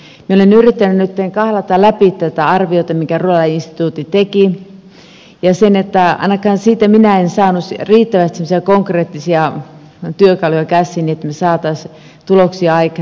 minä olen yrittänyt nytten kahlata läpi tätä arviota minkä ruralia instituutti teki ja ainakaan siitä minä en saanut riittävästi semmoisia konkreettisia työkaluja käsiini että me saisimme tuloksia aikaiseksi